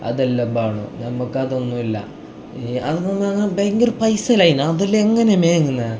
അതെല്ലാം വേണം നമുക്കതൊന്നുമില്ല ഈ അതൊന്നും വാങ്ങാൻ ഭയങ്കര പൈസ അല്ലേ അതിന് അതെല്ലാം എങ്ങനെയാണ് വാങ്ങുന്നത്